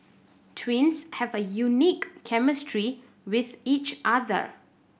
twins have a unique chemistry with each other